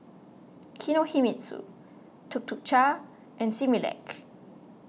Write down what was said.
Kinohimitsu Tuk Tuk Cha and Similac